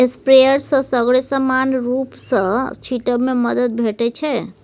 sprayer सँ सगरे समान रुप सँ छीटब मे मदद भेटै छै